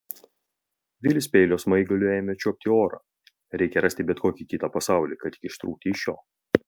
vilis peilio smaigaliu ėmė čiuopti orą reikia rasti bet kokį kitą pasaulį kad tik ištrūktų iš šio